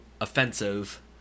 offensive